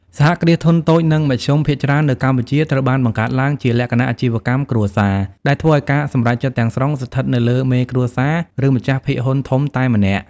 សហគ្រាសធុនតូច និងមធ្យម ភាគច្រើននៅកម្ពុជាត្រូវបានបង្កើតឡើងជាលក្ខណៈអាជីវកម្មគ្រួសារ ដែលធ្វើឱ្យការសម្រេចចិត្តទាំងស្រុងស្ថិតនៅលើមេគ្រួសារ ឬម្ចាស់ភាគហ៊ុនធំតែម្នាក់។